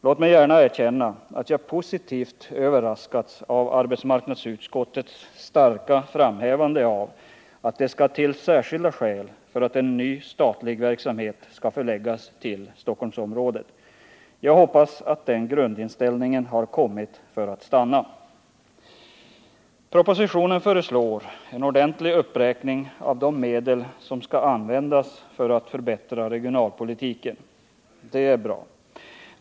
Låt mig gärna erkänna att jag positivt överraskats av arbetsmarknadsutskottets starka framhävande av att det skall till särskilda skäl för att ny statlig verksamhet skall förläggas till Stockholmsområdet. Jag hoppas att den grundinställningen har kommit för att stanna. I propositionen föreslås en ordentlig uppräkning av de medel som skall användas för att förbättra regionalpolitiken. Det är bra.